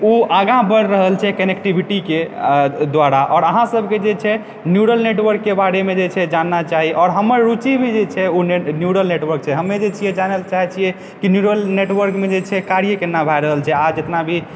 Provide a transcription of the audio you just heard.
ओ आगाँ बढ़ि रहल छै कनेक्टिविटीके द्वारा आओर अहाँ सभकऽ जे छै न्यूरल नेटवर्कके बारेमऽ जे छै जानना चाही आओर हमर रुचि भी जे छै ओ न्यूरल नेटवर्क छै हमे जे छियै ओ जानयलऽ चाहैत छियै कि न्यूरल नेटवर्कमऽ जे छै कार्य केना भए रहल छै आ जितना भी